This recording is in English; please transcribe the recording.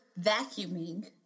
vacuuming